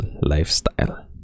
lifestyle